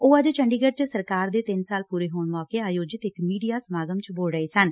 ਉਹ ਅੱਜ ਚੰਡੀਗੜ੍ਹ ਚ ਸਰਕਾਰ ਦੇ ਤਿੰਨ ਸਾਲ ਪੁਰੇ ਹੋਣ ਮੌਕੇ ਆਯੋਜਿਤ ਇਕ ਮੀਡੀਆ ਸਮਾਗਮ ਚ ਬੋਲ ਰਹੇ ਸਨ